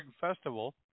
Festival